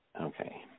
okay